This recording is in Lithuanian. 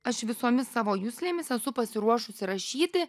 aš visomis savo juslėmis esu pasiruošusi rašyti